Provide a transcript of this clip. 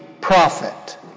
prophet